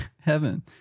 heaven